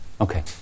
Okay